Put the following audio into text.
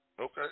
okay